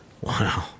Wow